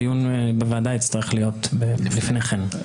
הדיון בוועדה יצטרך להיות לפני כן.